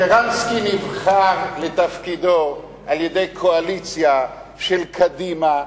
שרנסקי נבחר לתפקידו על-ידי קואליציה של קדימה,